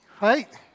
right